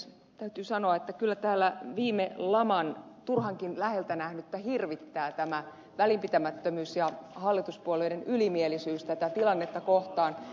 täytyy sanoa että kyllä täällä viime laman turhankin läheltä nähnyttä hirvittää tämä välinpitämättömyys ja hallituspuolueiden ylimielisyys tätä tilannetta kohtaan